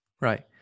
Right